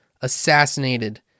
assassinated